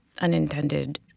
unintended